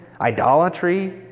Idolatry